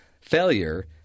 failure